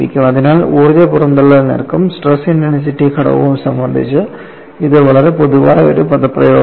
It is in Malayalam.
അതിനാൽ ഊർജ്ജ പുറന്തള്ളൽ നിരക്കും സ്ട്രെസ് ഇന്റെൻസിറ്റി ഘടകവും സംബന്ധിച്ച് ഇത് വളരെ പൊതുവായ ഒരു പദപ്രയോഗമാണ്